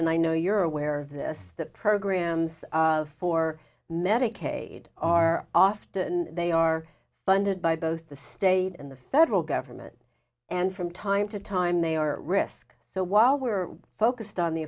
and i know you're aware of this that programs for medicaid are often they are funded by both the state and the federal government and from time to time they are risk so while we're focused on the